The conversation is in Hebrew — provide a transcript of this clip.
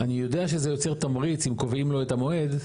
אני יודע שזה יוצר תמריץ אם קובעים לו את המועד,